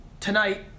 Tonight